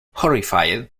horrified